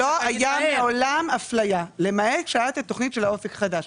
לא היה מעולם אפליה למעט התוכנית של אופק חדש.